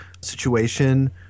situation